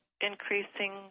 increasing